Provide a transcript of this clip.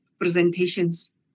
presentations